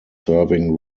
serving